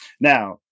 Now